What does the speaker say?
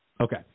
Okay